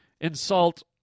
insult